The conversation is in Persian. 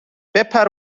بپر